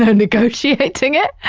ah negotiating it.